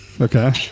Okay